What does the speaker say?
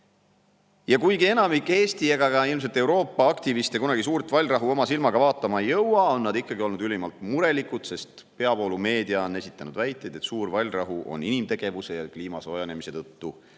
Ja kuigi enamik Eesti ega ka ilmselt Euroopa aktiviste kunagi Suurt Vallrahu oma silmaga vaatama ei jõua, on nad ikkagi olnud ülimalt murelikud, sest peavoolumeedia on esitanud väiteid, et Suur Vallrahu on inimtegevuse ja kliima soojenemise tõttu